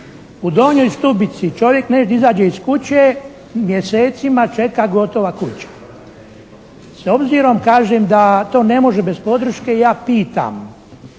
U Donjoj Stubici čovjek izađe iz kuće, mjesecima čeka gotova kuća. S obzirom kažem da to ne može bez podrške ja pitam